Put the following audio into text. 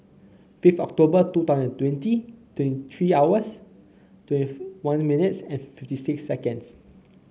fifth October two thousand and twenty twenty three hours twenty one minutes and fifty six seconds